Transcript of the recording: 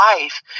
life